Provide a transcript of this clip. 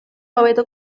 hobeto